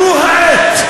זו העת,